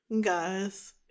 Guys